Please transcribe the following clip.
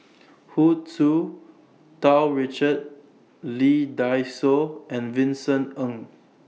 Hu Tsu Tau Richard Lee Dai Soh and Vincent Ng